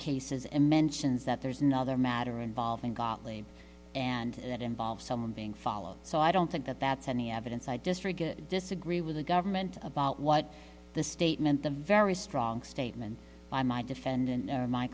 and mentions that there's another matter involving gottlieb and that involves someone being followed so i don't think that that's any evidence i just disagree with the government about what the statement the very strong statement by my defendant